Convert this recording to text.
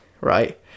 right